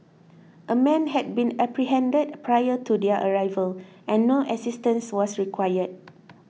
a man had been apprehended prior to their arrival and no assistance was required